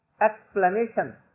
explanation